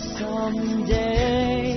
someday